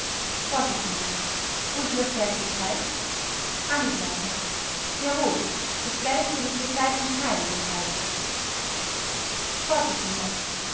vors wurde das geld geteilt angekl jawohl das geld wurde zu gleichen teilen geteilt